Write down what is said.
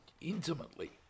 Intimately